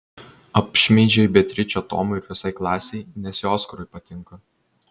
apšmeižei beatričę tomui ir visai klasei nes ji oskarui patinka